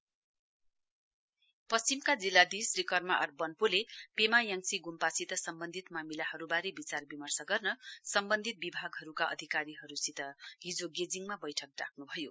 Pemayangtse monastery पश्चिमका जिल्लाधीश Shri Karma R वन्पोले पेमायाङसी ग्म्पासित सम्बन्धित मामिलाहरुबारे विचारविर्मश गर्न सम्बन्धित विभागहरूका अधिकारीहरूसित हिजो गेजिङमा बैठक डाक्नुभयो